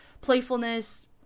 playfulness